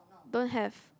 don't have